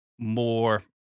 More